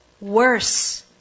Worse